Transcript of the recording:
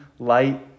light